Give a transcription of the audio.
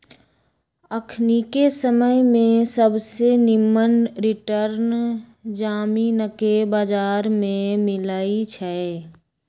अखनिके समय में सबसे निम्मन रिटर्न जामिनके बजार में मिलइ छै